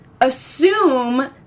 assume